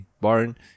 barn